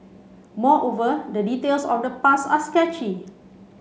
moreover the details of the past are sketchy